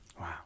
Wow